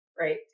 right